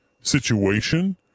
situation